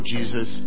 Jesus